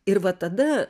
ir va tada